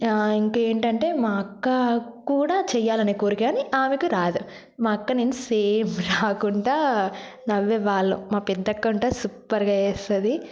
ఇంకా ఏంటంటే మా అక్క కూడా చేయాలని కోరిక కాని ఆమెకు రాదు మా అక్క నేను సేమ్ రాకుండా నవ్వే వాళ్ళు మా పెద్దక్క అంటే సూపర్గా చేస్తుంది